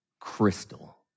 crystal